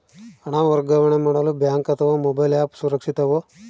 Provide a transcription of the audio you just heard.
ಹಣ ವರ್ಗಾವಣೆ ಮಾಡಲು ಬ್ಯಾಂಕ್ ಅಥವಾ ಮೋಬೈಲ್ ಆ್ಯಪ್ ಸುರಕ್ಷಿತವೋ?